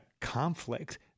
conflict